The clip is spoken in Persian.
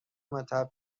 مطب